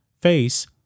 face